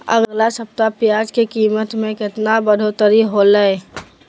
अगला सप्ताह प्याज के कीमत में कितना बढ़ोतरी होलाय?